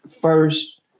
first